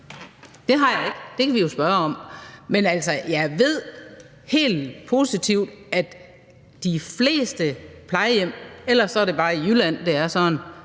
Det har jeg ikke, men det kan vi jo spørge om. Men altså, jeg ved helt positivt, at de fleste plejehjem – eller også er det bare i Jylland, at det er sådan